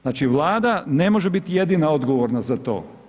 Znači, Vlada ne može biti jedina odgovorna za to.